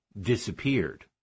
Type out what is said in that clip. disappeared